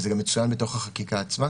זה גם מצוין בתוך החקיקה עצמה,